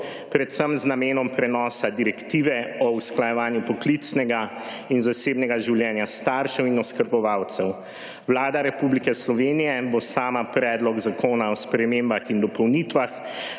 predvsem z namenom prenosa direktive o usklajevanju poklicnega in zasebnega življenja staršev in oskrbovalcev. Vlada Republike Slovenije bo sama Predlog zakona o spremembah in dopolnitvah